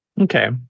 Okay